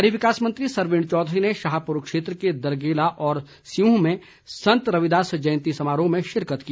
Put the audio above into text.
शहरी विकास मंत्री सरवीण चौधरी ने शाहपुर क्षेत्र के दरगेला और सियूंह में संत रविदास जयंती समारोह में शिरकत की